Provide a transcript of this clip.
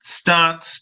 starts